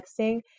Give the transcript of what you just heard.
texting